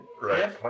Right